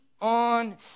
on